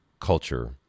culture